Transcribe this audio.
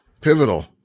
pivotal